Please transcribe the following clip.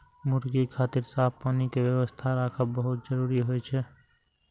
मुर्गी खातिर साफ पानी के व्यवस्था राखब बहुत जरूरी होइ छै